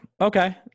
Okay